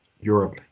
Europe